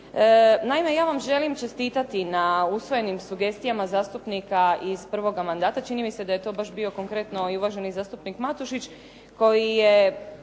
Naime, ja vam želim čestitati na usvojenim sugestijama zastupnika iz prvoga mandata, čini mi se da je to baš bio konkretni uvaženi zastupnik Matušić koji je